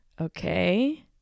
Okay